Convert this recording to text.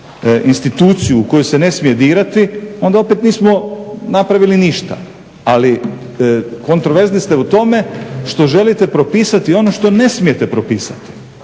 instituciju u koju se ne smije dirati onda opet nismo napravili ništa. Ali kontraverzni ste u tome što želite propisati ono što ne smijete propisati.